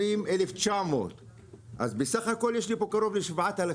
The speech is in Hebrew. ב-2020 1,900. בסך הכול יש לי פה קרוב ל-7,000,